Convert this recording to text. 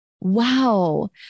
Wow